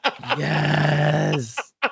Yes